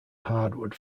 hardwood